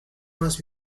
más